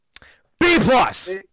B-plus